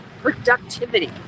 Productivity